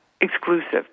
exclusive